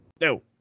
No